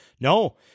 No